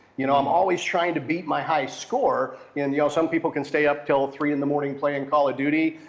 you know, i'm always trying to beat my high score. and, you know, some people can stay up till three in the morning playing call of duty,